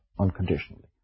unconditionally